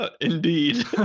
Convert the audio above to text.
indeed